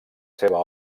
seva